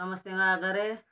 ସମସ୍ତିଙ୍କ ଆଗରେ